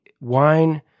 Wine